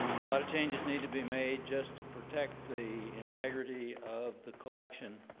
a lot of changes need to be made just to protect the integrity of the collection